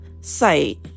site